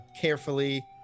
carefully